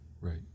Right